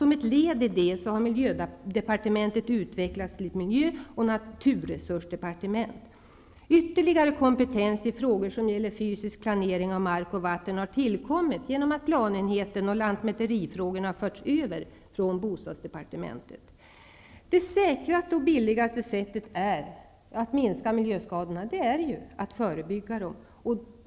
Som ett led i detta har miljödepartementet utvecklats till ett miljö och naturresursdepartement. Ytterligare kompetens i frågor som gäller fysisk planering av mark och vatten har tillkommit genom att planenheten och lantmäterifrågorna har förts över från bostadsdepartementet. Det säkraste och billigaste sättet att minska miljöskadorna är att förebygga dem.